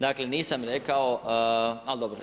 Dakle, nisam rekao, ali dobro.